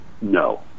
no